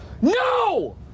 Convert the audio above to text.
No